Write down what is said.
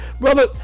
Brother